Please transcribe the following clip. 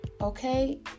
Okay